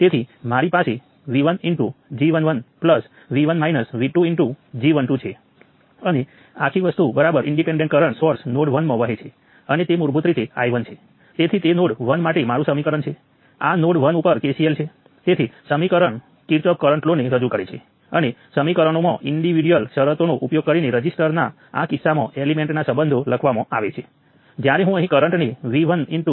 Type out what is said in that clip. તેથી અહીં આ 1 કિલો ઓહમ રઝિસ્ટર 1 મિલિસિમેન્સના સંચાલનને અનુરૂપ છે અને આ 2 કિલો ઓહમ રઝિસ્ટર અડધો મિલિસિમેન અથવા 1 બાય 2 મિલિસિમેન છે અને આ 4 કિલો ઓહમ 0